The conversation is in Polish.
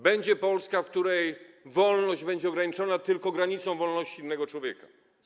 Będzie Polska, w której wolność będzie ograniczona tylko wolnością innego człowieka.